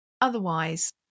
otherwise